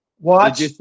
watch